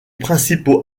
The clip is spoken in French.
principaux